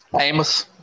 Amos